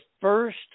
first